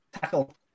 tackle